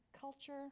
culture